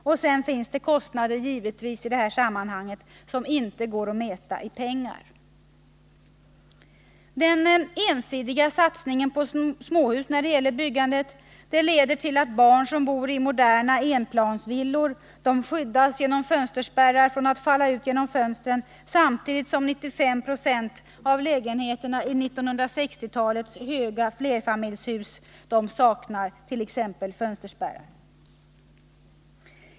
Sedan finns det givetvis i detta sammanhang kostnader som inte går att mäta i pengar. Den ensidiga satsningen på småhus när det gäller byggandet leder till att barn som bor i moderna enplansvillor skyddas genom fönsterspärrar från att falla ut genom fönstren, samtidigt som 95 26 av lägenheterna i 1960-talets höga flerfamiljshus saknar sådana fönsterspärrar.